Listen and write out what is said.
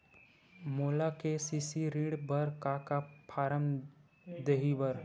मोला के.सी.सी ऋण बर का का फारम दही बर?